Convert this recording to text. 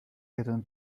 hidden